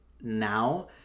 now